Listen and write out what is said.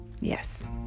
Yes